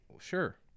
sure